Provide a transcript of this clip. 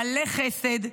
מלא חסד,